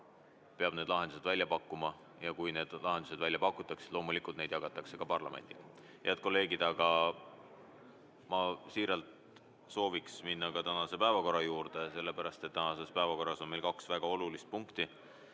Valitsus lahendused välja pakkuma, ja kui need lahendused välja pakutakse, siis loomulikult jagatakse neid ka parlamendiga. Head kolleegid, ma siiralt sooviks minna tänase päevakorra juurde, sellepärast et tänases päevakorras on meil kaks väga olulist punkti.